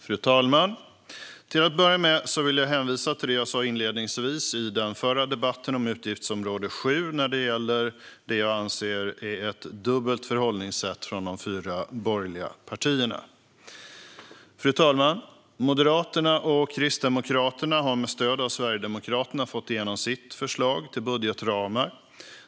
Fru talman! Jag vill börja med att hänvisa till det jag sa inledningsvis i debatten om utgiftsområde 7 när det gäller det jag anser är ett dubbelt förhållningssätt hos de fyra borgerliga partierna. Fru talman! Moderaterna och Kristdemokraterna har med stöd av Sverigedemokraterna fått igenom sitt förslag till budgetramar.